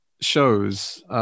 shows